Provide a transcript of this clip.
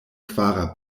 kvara